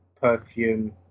perfume